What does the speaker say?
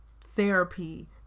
therapy